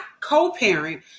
co-parent